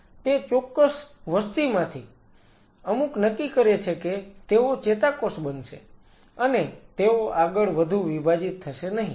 તે ચોક્કસ વસ્તીમાંથી અમુક નક્કી કરી શકે છે કે તેઓ ચેતાકોષ બનશે અને તેઓ આગળ વધુ વિભાજીત થશે નહીં